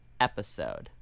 episode